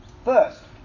First